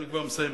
אני כבר מסיים,